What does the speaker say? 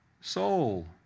Soul